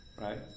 right